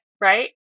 right